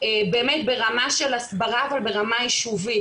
ברמה של הסברה אבל ברמה יישובית,